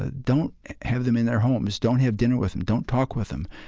ah don't have them in their homes, don't have dinner with them, don't talk with them,